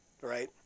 right